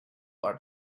are